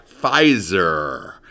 Pfizer